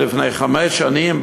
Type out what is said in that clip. עוד לפני חמש שנים,